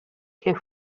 que